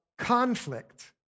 conflict